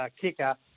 kicker